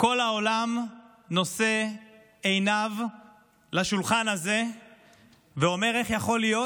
כל העולם נושא עיניו לשולחן הזה ואומר: איך יכול להיות